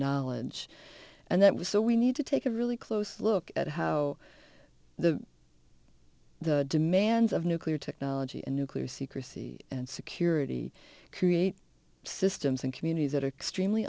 knowledge and that was so we need to take a really close look at how the demands of nuclear technology and nuclear secrecy and security create systems and communities that are extremely